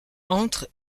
entre